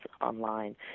online